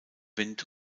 wind